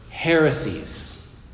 Heresies